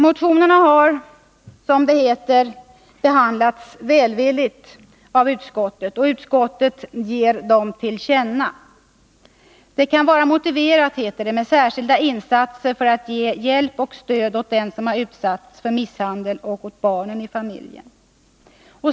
Motionerna har, som det heter, behandlats välvilligt av utskottet, som ger till känna att det kan vara motiverat med särskilda insatser för att ge hjälp och stöd åt den som utsatts för misshandel och åt barnen i familjen.